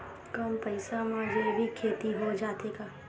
कम पईसा मा जैविक खेती हो जाथे का?